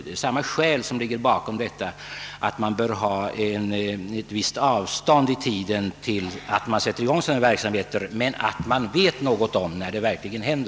Det är samma skäl som ligger bakom, nämligen att man i god tid måste ha reda på när någonting händer på detta område.